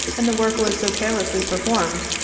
and the work was so carelessly performed,